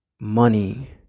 money